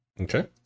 Okay